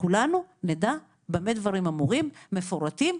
שכולנו נדע במה דברים אמורים, מפורטים,